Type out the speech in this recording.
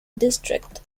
district